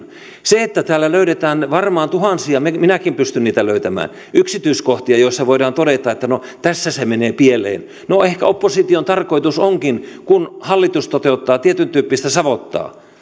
se että täällä löydetään varmaan tuhansia minäkin minäkin pystyn niitä löytämään yksityiskohtia joissa voidaan todeta että no tässä se menee pieleen niin ehkä opposition tarkoitus onkin kun hallitus toteuttaa tietyntyyppistä savottaa